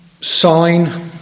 sign